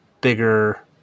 bigger